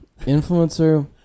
Influencer